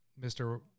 Mr